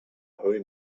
home